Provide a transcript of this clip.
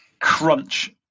Crunch